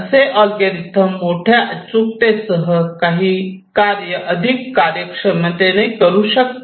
असे अल्गोरिदम मोठ्या अचूकतेसह काही कार्य अधिक कार्यक्षमतेने करू शकतात